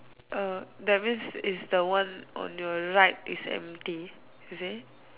uh that means is the one on your right is empty is it